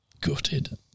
gutted